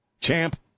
champ